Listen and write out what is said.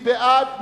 מי בעד?